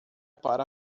para